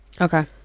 Okay